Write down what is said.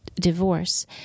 divorce